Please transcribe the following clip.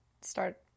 start